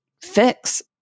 fix